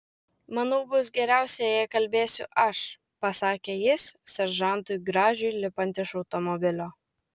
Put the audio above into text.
manau bus geriausia jei kalbėsiu aš pasakė jis seržantui gražiui lipant iš automobilio